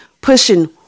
pushing